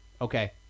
okay